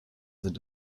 sind